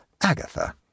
Agatha